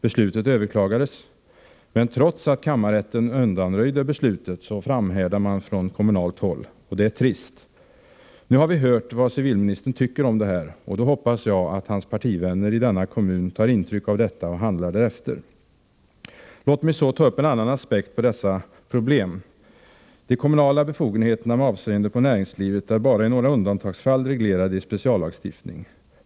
Beslutet överklagades, men trots att kammarrätten undanröjde beslutet, framhärdar man från kommunalt håll, och det är trist. Nu har vi hört vad civilministern tycker om saken, och då hoppas jag att hans partivänner i denna kommun tar intryck av detta och handlar därefter. Låt mig också ta upp en annan aspekt på dessa problem. De kommunala befogenheterna med avseende på näringslivet är bara i några undantagsfall reglerade i speciallagstiftning.